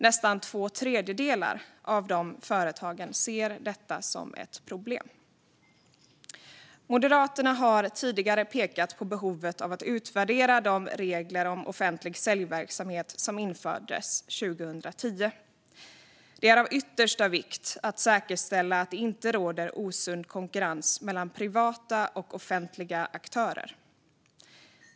Nästan två tredjedelar av de företagen ser detta som ett problem. Moderaterna har tidigare pekat på behovet av att utvärdera de regler om offentlig säljverksamhet som infördes 2010. Det är av yttersta vikt att säkerställa att det inte råder osund konkurrens mellan privata och offentliga aktörer.